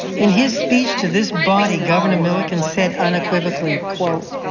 in his speech to this body, governor milliken said unequivocally quote,